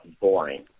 boring